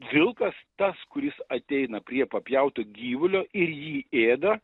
vilkas tas kuris ateina prie papjauto gyvulio ir jį ėda